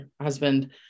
husband